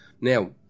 now